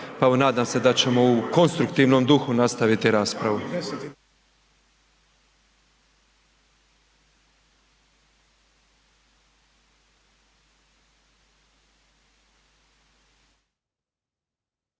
nadam se da ćemo u konstruktivnom duhu nastaviti raspravu.